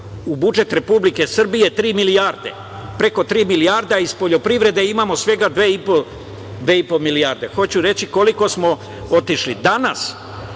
u budžet Republike Srbije tri milijarde, preko tri milijarde, a iz poljoprivrede imamo svega dve i po milijarde. Hoću reći koliko smo otišli. Danas,